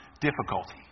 difficulty